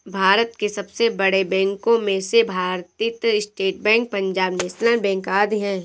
भारत के सबसे बड़े बैंको में से Bharatiya state bank, Punjab national bank आदि है